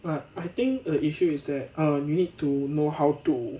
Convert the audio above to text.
but I think a issue is that err you need to know how to